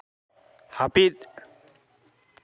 ᱦᱟᱹᱯᱤᱫ